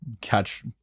catch